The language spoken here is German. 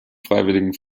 freiwilligen